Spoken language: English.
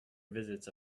visits